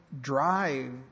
drive